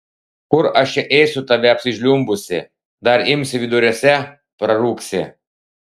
kur aš čia ėsiu tave apsižliumbusį dar imsi viduriuose prarūgsi